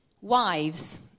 Wives